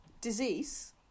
disease